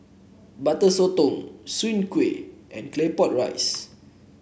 Butter Sotong Soon Kuih and Claypot Rice